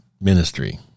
ministry